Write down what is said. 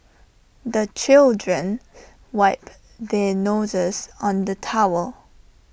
the children wipe their noses on the towel